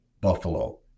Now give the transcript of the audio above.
Buffalo